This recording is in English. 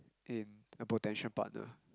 in a potential partner